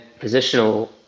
positional